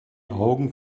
augen